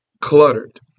cluttered